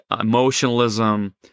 emotionalism